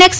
x